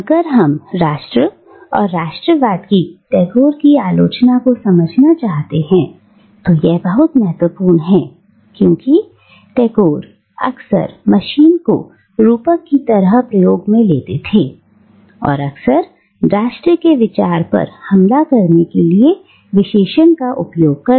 अगर हम राष्ट्र और राष्ट्रवाद की टैगोर की आलोचना को समझना चाहते हैं तो यह बहुत महत्वपूर्ण है क्योंकि टैगोर अक्सर मशीन को रूपक की तरह प्रयोग में लेते थे और अक्सर राष्ट्र के विचार पर हमला करने के लिए विशेषण का उपयोग करते